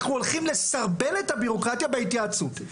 אנחנו הולכים לסרבל את הבירוקרטיה בהתייעצות.